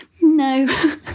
no